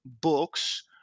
books